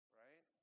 right